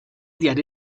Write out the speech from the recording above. diari